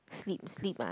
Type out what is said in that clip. sleep sleep ah